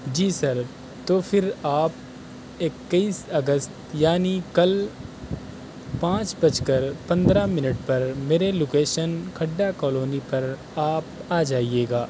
جی sir تو پھر آپ اکیس اگست یعنی کل پانچ بج کر پندرہ منٹ پر میرے لوکیشن کھڈا کولونی پر آپ آ جائیے گا